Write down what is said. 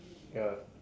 ya